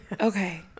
Okay